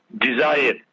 desire